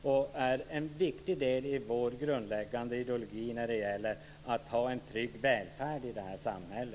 Det är en viktig del i vår grundläggande ideologi när det gäller att ha en trygg välfärd i vårt samhälle.